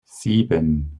sieben